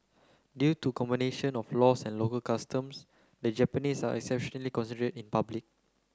due to combination of laws and local customs the Japanese are exceptionally in public